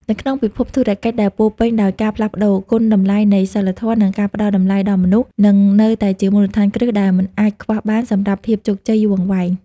នៅក្នុងពិភពធុរកិច្ចដែលពោពេញដោយការផ្លាស់ប្តូរ គុណតម្លៃនៃសីលធម៌ និងការផ្តល់តម្លៃដល់មនុស្ស នឹងនៅតែជាមូលដ្ឋានគ្រឹះដែលមិនអាចខ្វះបានសម្រាប់ភាពជោគជ័យយូរអង្វែង។